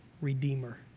redeemer